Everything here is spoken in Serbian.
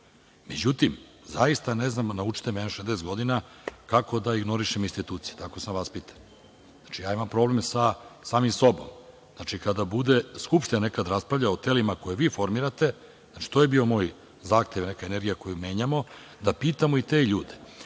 Međutim, zaista ne znam, naučite me, imam 60 godina kako da ignorišem institucije. Tako sam vaspitan. Imam problem sa samim sobom. Kada bude Skupština nekada raspravljala o telima koje vi formirate, to je bio moj zahtev i neka energija koju menjamo, da pitamo i te ljude. Ja